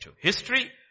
history